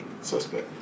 Suspect